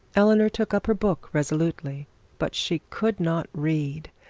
eleanor took up her book resolutely but she could not read,